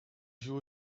joue